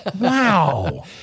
Wow